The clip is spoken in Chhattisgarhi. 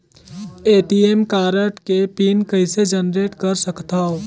ए.टी.एम कारड के पिन कइसे जनरेट कर सकथव?